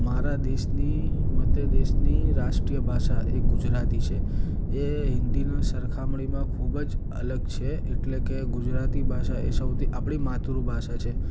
મારા દેશની મતે દેશની રાષ્ટ્રીય ભાષા એ ગુજરાતી છે એ હિન્દીની સરખામણીમાં ખૂબ જ અલગ છે એટલ કે ગુજરાતી ભાષા સૌથી આપણી માતૃભાષા છે